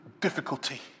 difficulty